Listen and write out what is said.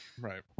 right